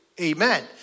Amen